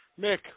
Mick